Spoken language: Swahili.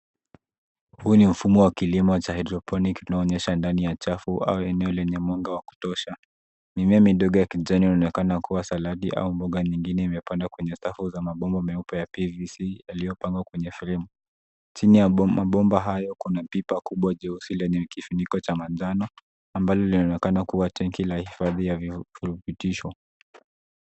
Huu ni mfumo wa kilimo cha hydroponic inaonyesha ndani ya chafu au eneo lenye mwanga wa kutosha. Mimea ya kijani inaonekana kuwa saladi au mboga nyingine imepandwa kwenye safu za mabomba meupe ya PVC yaliyopangwa kwenye fremu. Chini ya mabomba hayo, kuna pipa kubwa jeusi lenye kifuniko cha manjano ambalo linaonekana kuwa tangi la hifadhi ya virutubisho.